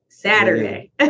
Saturday